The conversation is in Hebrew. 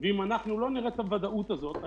אבל אם אנחנו לא נראה את הוודאות הזאת...